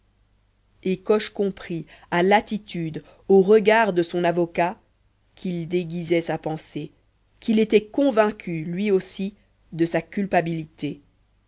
et coche comprit à l'attitude au regard de son avocat qu'il déguisait sa pensée qu'il était convaincu lui aussi de sa culpabilité